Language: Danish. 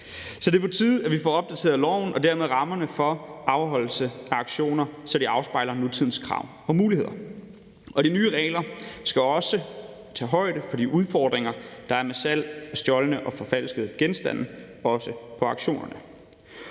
Så det er på tide, at vi får opdateret loven og dermed rammerne for afholdelse af auktioner, så de afspejler nutidens krav og muligheder. De nye regler skal også tage højde for de udfordringer, der er med salg af stjålne og forfalskede genstande, også på auktionerne.